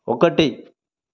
ఒకటి